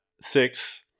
six